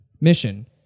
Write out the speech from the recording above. Mission